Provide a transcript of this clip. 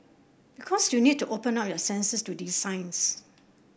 because you need to open up your senses to these signs